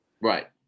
Right